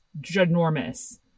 ginormous